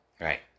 Right